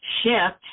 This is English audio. shift